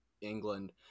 England